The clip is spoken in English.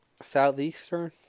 Southeastern